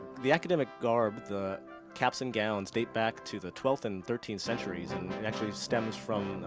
the academic garb, the caps and gowns, date back to the twelfth and thirteenth centuries, and it actually stems from